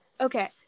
Okay